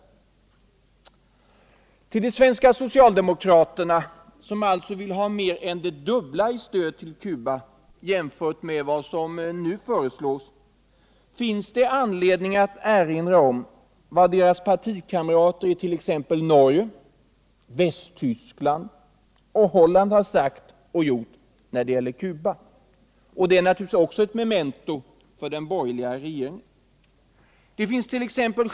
Till de svenska socialdemokraterna, som alltså vill ha mer än det dubbla i stöd till Cuba jämfört med vad som nu föreslås, finns det anledning att erinra om vad deras partikamrater i t.ex. Norge, Västtyskland och Holland har sagt och gjort när det gäller Cuba. Det är naturligtvis också ett memento för den borgerliga regeringen. Det finnst.ex.